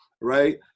right